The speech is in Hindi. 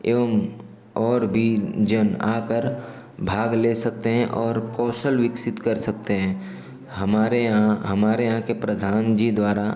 एवं और भी जन आकर भाग ले सकते हैं और कौशल विकसित कर सकते हैं हमारे यहाँ हमारे यहाँ के प्रधान जी द्वारा